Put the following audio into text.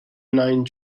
nine